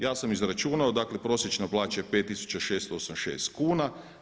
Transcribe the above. Ja sam izračunao, dakle prosječna plaća je 5686 kuna.